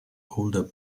older